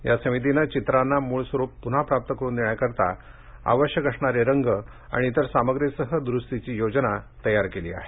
या समितीने चित्रांना मूळ स्वरूप पुन्हा प्राप्त करण्यासाठी आवश्यक असणारे रंग आणि इतर सामग्रीसह दुरूस्तीची योजना तयार केली आहे